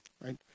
right